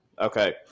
Okay